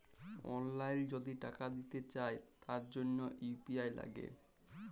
অললাইল যদি টাকা দিতে চায় তার জনহ ইউ.পি.আই লাগে